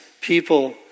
people